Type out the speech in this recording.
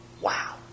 Wow